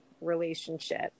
relationship